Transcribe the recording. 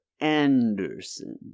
anderson